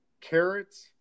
carrots